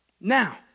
Now